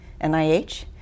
NIH